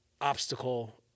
obstacle